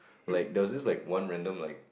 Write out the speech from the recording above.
like there was this like one random like